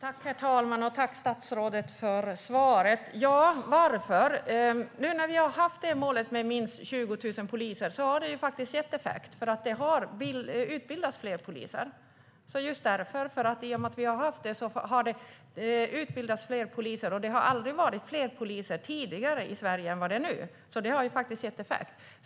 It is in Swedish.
Herr talman! Jag tackar statsrådet för svaret. Ja, varför? Nu när vi har haft målet om minst 20 000 poliser har det faktiskt gett effekt. Det utbildas fler poliser. Just därför att vi har haft detta mål har det utbildats fler poliser. Och det har aldrig varit fler poliser tidigare i Sverige än vad det är nu, så det har faktiskt gett effekt.